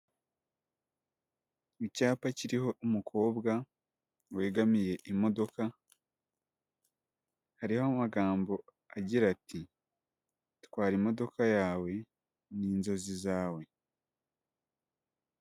Icyapa kiriho umukobwa wegamiye imodoka hariho amagambo agira ati twara imodoka yawe ni inzozi zawe.